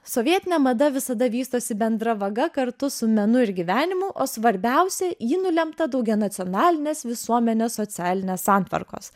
sovietinė mada visada vystosi bendra vaga kartu su menu ir gyvenimu o svarbiausia ji nulemta daugianacionalinės visuomenės socialinės santvarkos